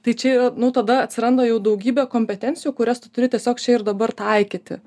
tai čia yra nu tada atsiranda jau daugybė kompetencijų kurias tu turi tiesiog čia ir dabar taikyti